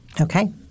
Okay